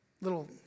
little